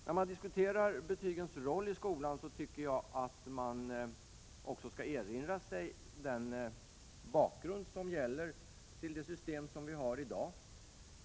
När man diskuterar betygens roll i skolan, tycker jag att man också skall erinra sig bakgrunden till det system som vi har i dag.